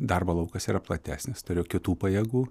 darbo laukas yra platesnis turiu kitų pajėgų